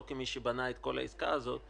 לא כמי שבנה את כל העסקה הזאת.